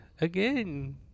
again